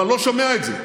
אבל לא שומע את זה.